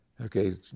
Okay